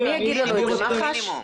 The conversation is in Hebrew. אז מי יגיד לנו את זה?